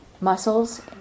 muscles